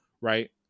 right